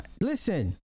Listen